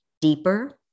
deeper